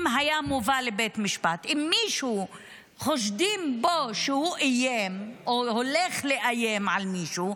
אם חושדים במישהו שהוא איים או הולך לאיים על מישהו,